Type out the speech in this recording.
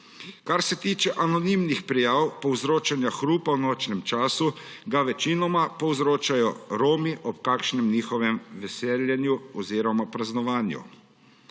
Kar se tiče anonimnih prijav, povzročanja hrupa v nočnem času, ga večinoma povzročajo Romi ob kakšnem njihovem veselju oziroma praznovanju.